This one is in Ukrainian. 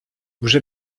вже